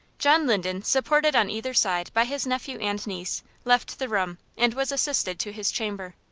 john linden, supported on either side by his nephew and niece, left the room, and was assisted to his chamber.